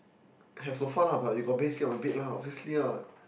have sofa lah but if got bed sleep on bed lah obviously lah